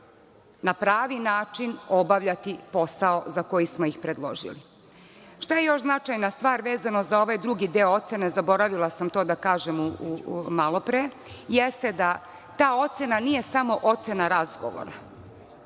na pravi način obavljati posao za koji smo ih predložili. Šta je još značajna stvar vezano za ovaj drugi deo ocene, zaboravila sam to da kažem malo pre, jeste da ta ocena nije samo ocena razgovora.